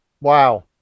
wow